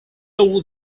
will